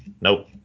Nope